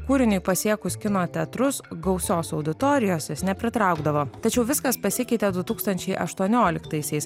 kūriniui pasiekus kino teatrus gausios auditorijos jos nepritraukdavo tačiau viskas pasikeitė du tūkstančiai aštuoniolitaisiais